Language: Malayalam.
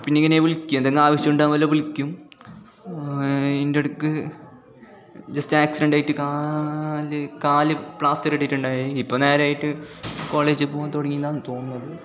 പിന്നെ ഇങ്ങനെ വിളിക്കും എന്തെങ്കും ആവശ്യം ഉണ്ടാകുമ്പോൾ വല്ലൊ വിൾക്കും ഈൻ്റെ ഇടയ്ക്ക് ജെസ്റ്റ് ആക്സിഡൻറ് ആയിട്ട് കാല് കാല് പ്ലാസ്റ്ററിട്ടിട്ടുണ്ടായി ഇപ്പോൾ നേരെ ആയിട്ട് കോളജിൽ പോകാൻ തുടങ്ങി എന്നാണ് തോന്നുന്നത്